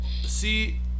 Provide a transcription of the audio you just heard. See